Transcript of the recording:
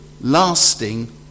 lasting